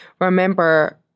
remember